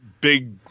big